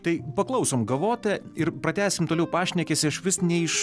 tai paklausom gavote ir pratęsim toliau pašnekesį aš vis ne iš